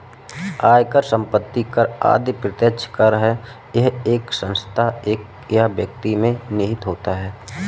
आयकर, संपत्ति कर आदि प्रत्यक्ष कर है यह एक संस्था या व्यक्ति में निहित होता है